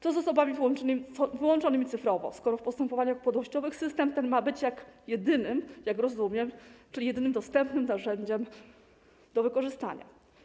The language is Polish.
Co z osobami wyłączonymi cyfrowo, skoro w postępowaniach upadłościowych system ten ma być jedynym, jak rozumiem, czyli jedynym dostępnym narzędziem do wykorzystania?